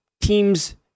teams